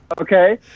okay